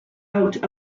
out